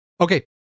okay